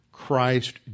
Christ